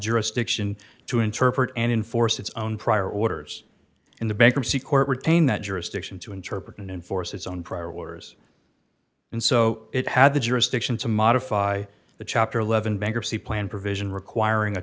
jurisdiction to interpret and enforce its own prior orders and the bankruptcy court retained that jurisdiction to interpret and enforce its own prior orders and so it had the jurisdiction to modify the chapter eleven bankruptcy plan provision requiring a